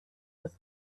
with